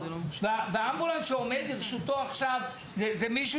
והאמבולנס שעומד לרשותו עכשיו זה מישהו